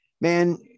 Man